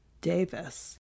Davis